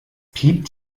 piept